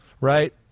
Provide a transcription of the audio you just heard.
right